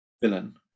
villain